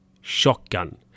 shotgun